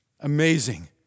Amazing